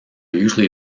usually